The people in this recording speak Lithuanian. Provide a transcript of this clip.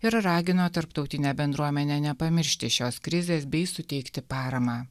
ir ragino tarptautinę bendruomenę nepamiršti šios krizės bei suteikti paramą